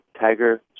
tiger